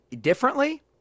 differently